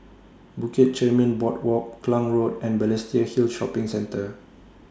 Bukit Chermin Boardwalk Klang Road and Balestier Hill Shopping Centre